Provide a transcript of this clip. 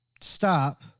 stop